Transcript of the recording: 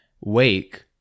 Wake